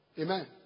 Amen